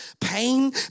Pain